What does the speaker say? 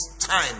time